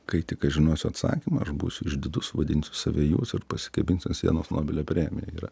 kai tik aš žinosiu atsakymą aš būsiu išdidus vadinsiu save jūs ar pasikabinsiu ant sienos nobelio premiją yra